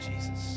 Jesus